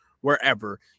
wherever